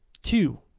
Two